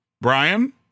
Brian